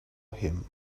him